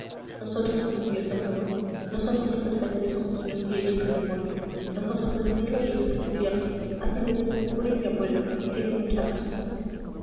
nosotros somos dios salvador nosotros los españoles somos dios y ellos el demonio nosotros el cielo y ellos el infierno así lo dicen el cura y mi abuelo y tienen mucha razón